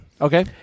Okay